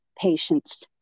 patients